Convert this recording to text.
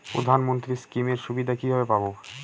প্রধানমন্ত্রী স্কীম এর সুবিধা কিভাবে পাবো?